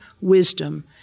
wisdom